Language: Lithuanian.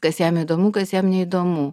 kas jam įdomu kas jam neįdomu